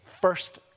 first